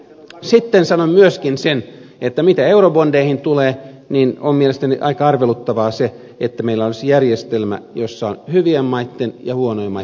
sitten sanon myöskin sen mitä eurobondeihin tulee että on mielestäni aika arveluttavaa se että meillä olisi järjestelmä jossa on hyvien maitten ja huonojen maitten velkakirjoja